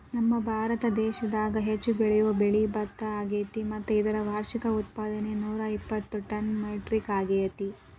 ನಮ್ಮಭಾರತ ದೇಶದಾಗ ಹೆಚ್ಚು ಬೆಳಿಯೋ ಬೆಳೆ ಭತ್ತ ಅಗ್ಯಾತಿ ಮತ್ತ ಇದರ ವಾರ್ಷಿಕ ಉತ್ಪಾದನೆ ನೂರಾಇಪ್ಪತ್ತು ಟನ್ ಮೆಟ್ರಿಕ್ ಅಗ್ಯಾತಿ